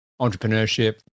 entrepreneurship